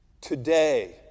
today